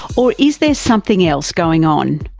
or is there something else going on?